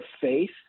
faith